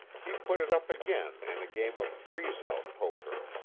he put it up again in a game of freeze out poker.